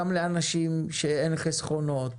גם אנשים שאין להם חסכונות,